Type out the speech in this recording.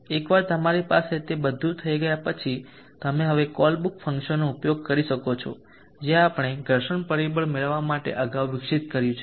એકવાર તમારી પાસે તે બધું થઈ ગયા પછી તમે હવે કોલબ્રૂક ફંક્શનનો ઉપયોગ કરી શકો છો જે આપણે ઘર્ષણ પરિબળ મેળવવા માટે અગાઉ વિકસિત કર્યું છે